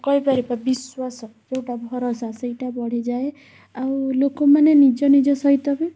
କହିପାରିବ ବିଶ୍ୱାସ ଯେଉଁଟା ଭରଷା ସେଇଟା ବଢ଼ିଯାଏ ଆଉ ଲୋକମାନେ ନିଜ ନିଜ ସହିତ ବି